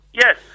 yes